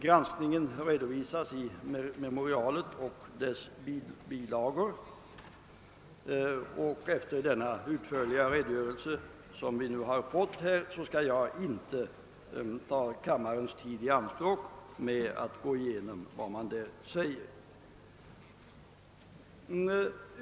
Granskningen redovisas i memorialet och dess bilagor. Efter den utförliga redogörelse som vi nu fått skall jag inte ta kammarens tid i anspråk med att ännu en gång gå igenom vad som där anförts.